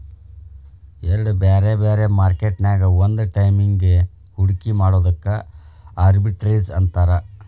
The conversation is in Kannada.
ಎರಡ್ ಬ್ಯಾರೆ ಬ್ಯಾರೆ ಮಾರ್ಕೆಟ್ ನ್ಯಾಗ್ ಒಂದ ಟೈಮಿಗ್ ಹೂಡ್ಕಿ ಮಾಡೊದಕ್ಕ ಆರ್ಬಿಟ್ರೇಜ್ ಅಂತಾರ